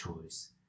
choice